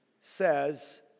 says